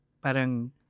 Parang